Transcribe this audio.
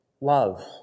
Love